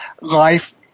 life